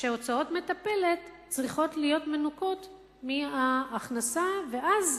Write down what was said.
שהוצאות מטפלת צריכות להיות מנוכות מההכנסה, ואז